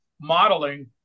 modeling